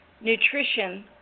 nutrition